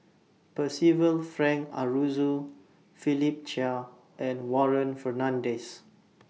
Percival Frank Aroozoo Philip Chia and Warren Fernandez